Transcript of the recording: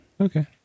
Okay